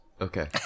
okay